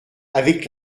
avec